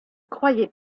croyez